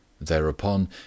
Thereupon